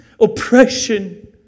oppression